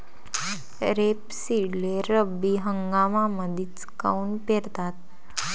रेपसीडले रब्बी हंगामामंदीच काऊन पेरतात?